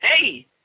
hey